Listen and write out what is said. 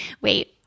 wait